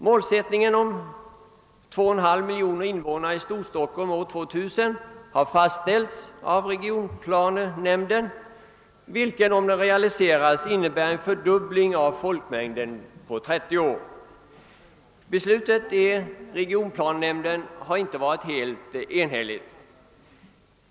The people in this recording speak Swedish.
Målsättningen om 2,5 miljoner invånare i Storstockholm år 2000 har fastställts av regionplanenämnden, och om detta realiseras innebär det en fördubbling av folkmängden på 30 år. inte varit helt enhälligt.